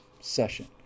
session